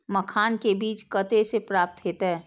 मखान के बीज कते से प्राप्त हैते?